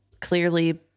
clearly